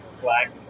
black